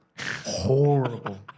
horrible